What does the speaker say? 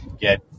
get